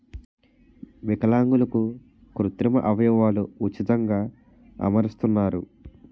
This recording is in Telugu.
విలాంగులకు కృత్రిమ అవయవాలు ఉచితంగా అమరుస్తున్నారు